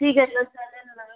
ठीक आहे मग चालेल ना